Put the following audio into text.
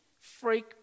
freak